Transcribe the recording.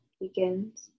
begins